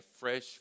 fresh